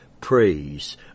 praise